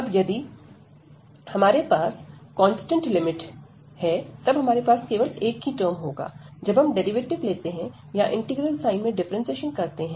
अब यदि हमारे पास कांस्टेंट लिमिट हैं तब हमारे पास केवल एक ही टर्म होगा जब हम डेरिवेटिव लेते हैं या इंटीग्रल साइन में डिफ्रेंसिएशन करते हैं